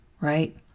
right